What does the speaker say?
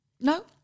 No